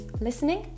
listening